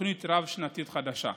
לתוכנית רב-שנתית חדשה.